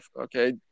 okay